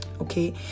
Okay